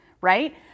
right